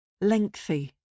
Lengthy